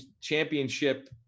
championship